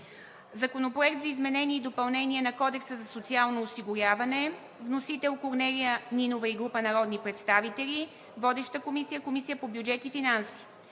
Законопроект за изменение и допълнение на Кодекса за социално осигуряване. Вносител – Корнелия Нинова и група народни представители. Водеща е Комисията по бюджет и финанси.